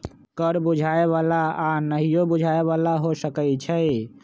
कर बुझाय बला आऽ नहियो बुझाय बला हो सकै छइ